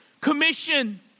Commission